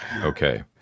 Okay